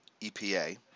EPA